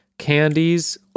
candies